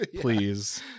please